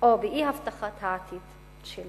או באי-הבטחה של העתיד שלי